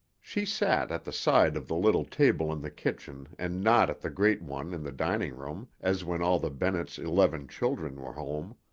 she sat at the side of the little table in the kitchen and not at the great one in the dining room as when all the bennetts' eleven children were home.